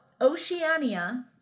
Oceania